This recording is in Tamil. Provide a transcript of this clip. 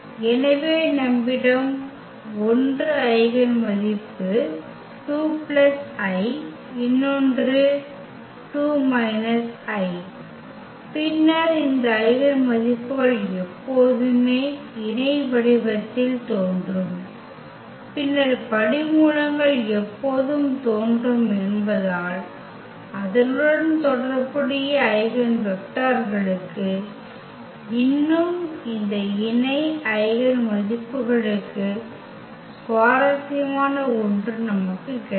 எனவே நம்மிடம் 1 ஐகென் மதிப்பு 2 i இன்னொன்று 2 i பின்னர் இந்த ஐகென் மதிப்புகள் எப்போதுமே இணை வடிவத்தில் தோன்றும் பின்னர் படிமூலங்கள் எப்போதும் தோன்றும் என்பதால் அதனுடன் தொடர்புடைய ஐகென் வெக்டர்களுக்கு இன்னும் இந்த இணை ஐகென் மதிப்புகளுக்கு சுவாரஸ்யமான ஒன்று நமக்கு இருக்கும்